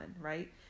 right